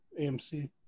AMC